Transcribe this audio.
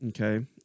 Okay